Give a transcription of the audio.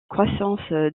croissance